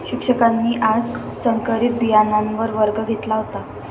शिक्षकांनी आज संकरित बियाणांवर वर्ग घेतला होता